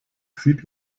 sieht